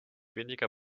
weniger